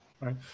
right